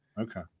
Okay